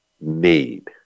need